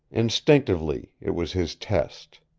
instinctively it was his test.